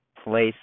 place